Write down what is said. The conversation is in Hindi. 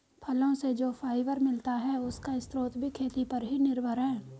फलो से जो फाइबर मिलता है, उसका स्रोत भी खेती पर ही निर्भर है